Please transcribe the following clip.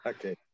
Okay